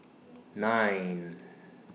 nine